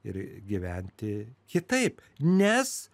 ir gyventi kitaip nes